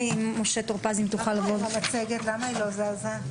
משה טור פז יחליף אותי.